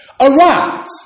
Arise